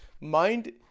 Mind